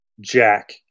Jack